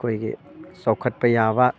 ꯑꯩꯈꯣꯏꯒꯤ ꯆꯥꯎꯈꯠꯄ ꯌꯥꯕ